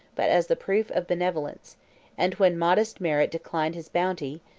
but as the proof of benevolence and when modest merit declined his bounty,